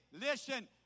listen